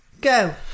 go